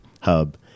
hub